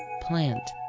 plant